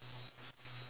okay